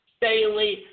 daily